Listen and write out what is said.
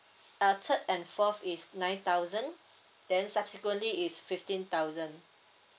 uh third and forth is nine thousand then subsequently is fifteen thousand